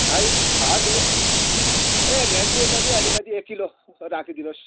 है हजुर ए भिन्डी पनि अलिकति एक किलो राखिदिनुहोस्